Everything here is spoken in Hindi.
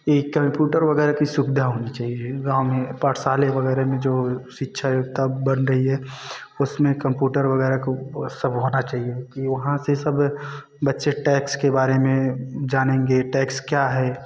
एक कम्प्यूटर वगैरह की सुविधा होनी चाहिए गाँव में पाठशाले वगैरह में जो शिक्षा व्यवस्था बना रही है उसमें कम्प्यूटर वगैरह को सब होना चाहिए कि वहाँ से सब बच्चे टैक्स के बारे में जानेंगे टैक्स क्या है